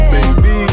Baby